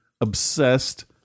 obsessed